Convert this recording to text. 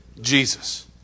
jesus